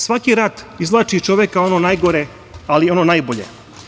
Svaki rat izvlači iz čoveka ono najgore, ali i ono najbolje.